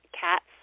cats